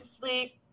sleep